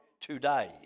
today